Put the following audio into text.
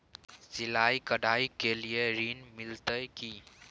सिलाई, कढ़ाई के लिए ऋण मिलते की?